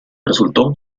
resultó